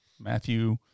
Matthew